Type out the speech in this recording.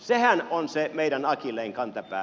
sehän on se meidän akilleenkantapää